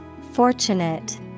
Fortunate